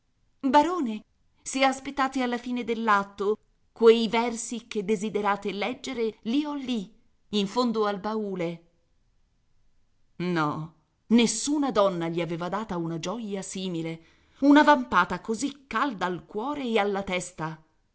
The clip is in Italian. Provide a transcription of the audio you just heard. barone se aspettate alla fine dell'atto quei versi che desiderate leggere li ho lì in fondo al baule no nessuna donna gli aveva data una gioia simile una vampata così calda al cuore e alla testa